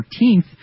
13th